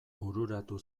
bururatu